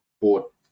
bought